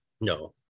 No